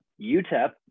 UTEP